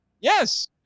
yes